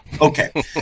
Okay